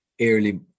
early